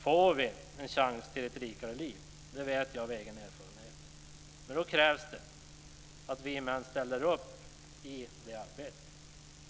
får vi en chans till ett rikare liv - det vet jag av egen erfarenhet - men då krävs det att vi män ställer upp i det arbetet.